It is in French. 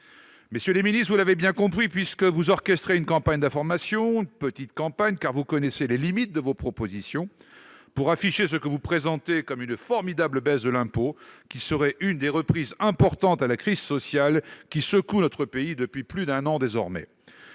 Monsieur le ministre, vous l'avez bien compris, puisque vous orchestrez une campagne d'information- petite campagne, car vous connaissez les limites de vos propositions -pour afficher ce que vous présentez comme une formidable baisse de l'impôt, qui serait l'une des réponses importantes à la crise sociale qui secoue notre pays depuis plus d'un an.